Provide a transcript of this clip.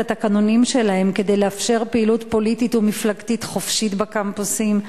התקנונים שלהם כדי לאפשר פעילות פוליטית ומפלגתית חופשית בקמפוסים?